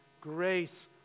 grace